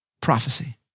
prophecy